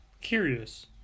curious